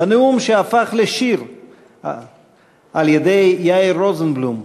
בנאום שהפך לשיר על-ידי יאיר רוזנבלום,